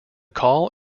call